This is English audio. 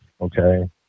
okay